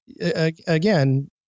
again